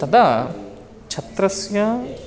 तदा छत्रस्य